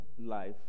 life